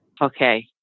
okay